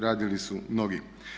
Radili su mnogi.